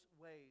ways